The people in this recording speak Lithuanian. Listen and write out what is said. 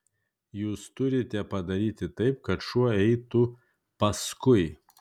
jūs turite padaryti taip kad šuo eitų paskui